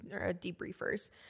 debriefers